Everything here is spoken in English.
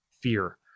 fear